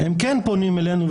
הם כן פונים אלינו,